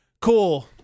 Cool